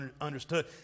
understood